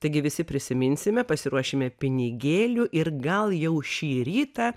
taigi visi prisiminsime pasiruošime pinigėlių ir gal jau šį rytą